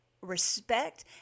respect